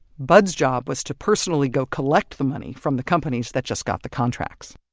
bud's job was to personally go collect the money from the companies that just got the contracts